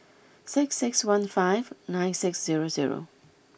six six one five nine six zero zero